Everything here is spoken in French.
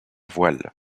voile